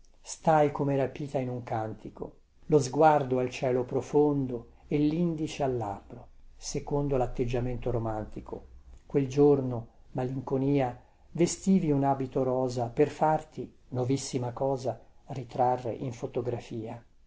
stai come rapita in un cantico lo sguardo al cielo profondo e lindice al labbro secondo latteggiamento romantico quel giorno malinconia vestivi un abito rosa per farti novissima cosa ritrarre in fotografia